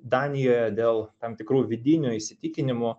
danijoje dėl tam tikrų vidinių įsitikinimų